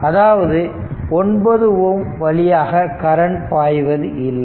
அதாவது 9 ஓம் வழியாக கரண்ட் பாய்வதில்லை